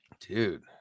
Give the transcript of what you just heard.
Dude